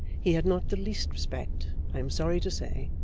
he had not the least respect, i am sorry to say,